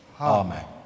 Amen